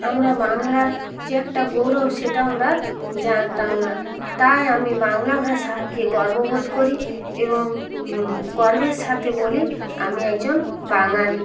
আমরা বাংলার যে একটা গৌরব সেটাও আমরা জানতাম না তাই আমি বাংলা ভাষাকে গর্ববোধ করি এবং গর্বের সাথে বলি আমি একজন বাঙালি